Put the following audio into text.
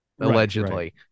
allegedly